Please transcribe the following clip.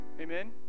Amen